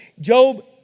Job